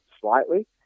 slightly